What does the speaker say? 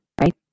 right